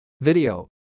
video